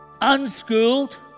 Unschooled